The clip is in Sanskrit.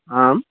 आम्